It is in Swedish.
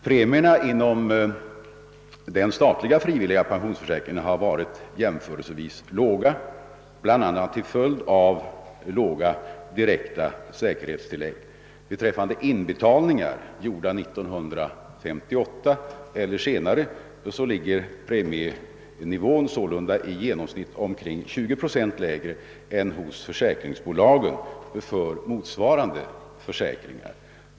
Premierna inom den statliga frivilliga pensionsförsäkringen har varit jämförelsevis låga, bl.a. till följd av låga direkta säkerhetstillägg. Beträffande inbetalningar gjorda 1958 eller senare ligger premienivån således i genomsnitt omkring 20 procent lägre än hos försäkringsbolagen för motsvarande försäkringar.